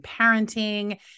parenting